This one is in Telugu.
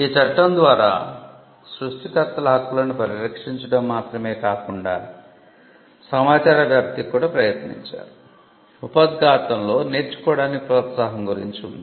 ఈ చట్టం ద్వారా సృష్టికర్తల హక్కులను పరిరక్షించటం మాత్రమే కాకుండా సమాచార వ్యాప్తికి కూడా ప్రయత్నించారు ఉపోద్ఘాతంలో 'నేర్చుకోవడానికి ప్రోత్సాహo' గురించి ఉంది